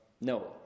No